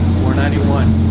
ninety one!